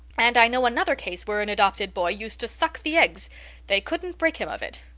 and i know another case where an adopted boy used to suck the eggs they couldn't break him of it.